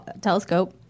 Telescope